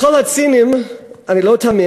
לכל הציניים, אני לא תמים,